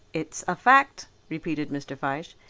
it's a fact, repeated mr. fyshe.